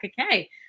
okay